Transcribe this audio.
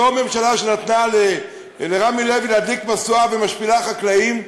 אותה ממשלה שנתנה לרמי לוי להדליק משואה ומשפילה חקלאים,